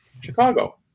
Chicago